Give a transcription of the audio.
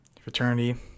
fraternity